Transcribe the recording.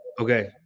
Okay